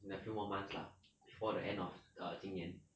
in a few more months lah before the end of err 今年